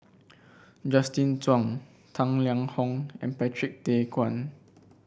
Justin Zhuang Tang Liang Hong and Patrick Tay Teck Guan